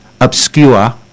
obscure